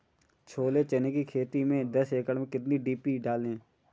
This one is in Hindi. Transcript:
छोले चने की खेती में दस एकड़ में कितनी डी.पी डालें?